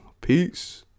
Peace